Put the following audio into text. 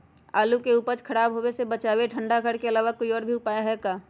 आलू के उपज के खराब होवे से बचाबे ठंडा घर के अलावा कोई और भी उपाय है का?